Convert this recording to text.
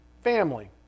family